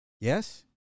Yes